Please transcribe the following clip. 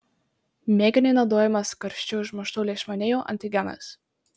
mėginiui naudojamas karščiu užmuštų leišmanijų antigenas